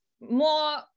more